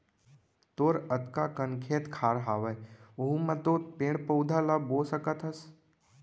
तोर अतका कन खेत खार हवय वहूँ म तो पेड़ पउधा ल बो सकत हस